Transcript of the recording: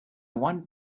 want